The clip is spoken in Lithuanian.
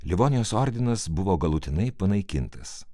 livonijos ordinas buvo galutinai panaikintas